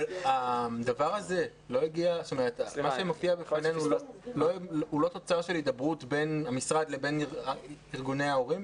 מה שמופיע בפנינו הוא לא תוצר של הידברות בין המשרד לבין ארגוני ההורים?